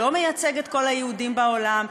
שלא מייצג את כל היהודים בעולם,